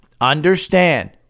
understand